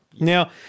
Now